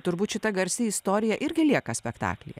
turbūt šita garsi istorija irgi lieka spektaklyje